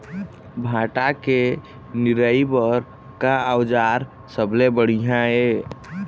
भांटा के निराई बर का औजार सबले बढ़िया ये?